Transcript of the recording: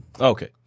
Okay